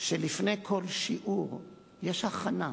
שלפני כל שיעור יש הכנה.